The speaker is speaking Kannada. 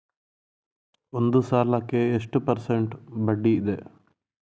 ಈ ಸಾಲಕ್ಕೆ ಎಷ್ಟು ಪರ್ಸೆಂಟ್ ಬಡ್ಡಿ ಇದೆ?